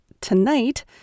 tonight